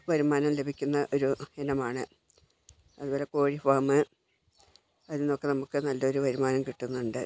വരുമാനം ലഭിക്കുന്ന ഒരു ഇനമാണ് അതുപോലെ കോഴി ഫാമ് അതിന്നൊക്കെ നമുക്ക് നല്ലൊരു വരുമാനം കിട്ടുന്നുണ്ട്